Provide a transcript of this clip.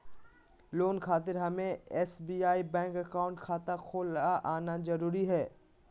Loan खातिर हमें SBI bank account खाता खोल आना जरूरी है?